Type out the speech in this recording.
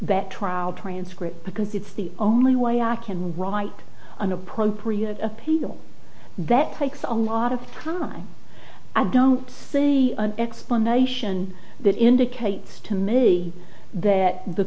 that trial transcript because it's the only way i can write an appropriate appeal that takes a lot of time i don't see an explanation that indicates to me that the